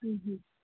ꯎꯝ